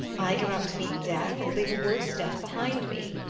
i go out to meet death, and leave a worse death behind me!